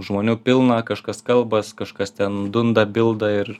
žmonių pilna kažkas kalbas kažkas ten dunda bilda ir